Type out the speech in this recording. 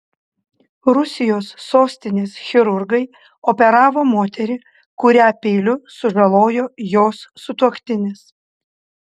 rusijos sostinės chirurgai operavo moterį kurią peiliu sužalojo jos sutuoktinis